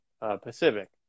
Pacific